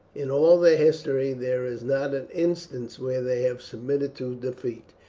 in all their history there is not an instance where they have submitted to defeat.